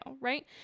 Right